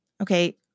okay